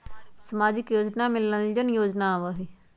सामाजिक योजना में नल जल योजना आवहई?